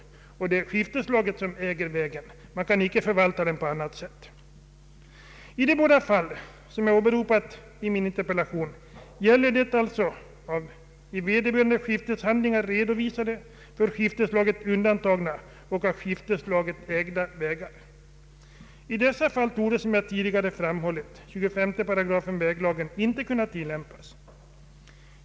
Det är skifteslaget som äger vägen. Man kan inte förvalta den på annat sätt. I de båda fall som jag har åberopat i min interpellation gäller det alltså i vederbörande skifteslagshandlingar redovisade, för skifteslaget undantagna och av skifteslaget ägda vägar. I dessa fall torde, som jag tidigare har framhållit, 25 § väglagen inte kunna tillämpas.